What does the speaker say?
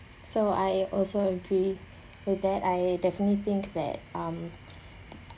so I also agree with that I definitely think that um